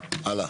הלאה.